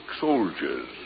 soldiers